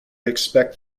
expect